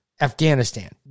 Afghanistan